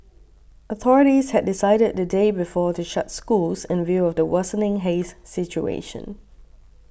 authorities had decided the day before to shut schools in view of the worsening haze situation